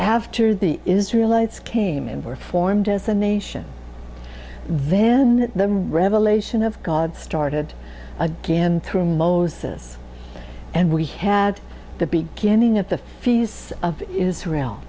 after the israel lights came and were formed as a nation then the revelation of god started again through moses and we had the beginning of the fees of israel